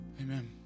Amen